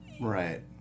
Right